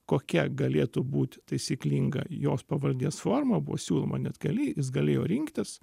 kokia galėtų būti taisyklinga jo pavardės forma buvo siūloma net keli jis galėjo rinktis